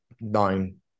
nine